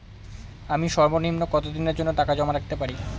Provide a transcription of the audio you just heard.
আমি সর্বনিম্ন কতদিনের জন্য টাকা জমা রাখতে পারি?